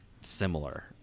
similar